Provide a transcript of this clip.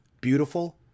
beautiful